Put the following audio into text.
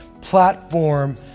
platform